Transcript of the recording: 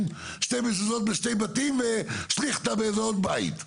שתי מזוזות בשני בתים ושליכטה בעוד איזה בית.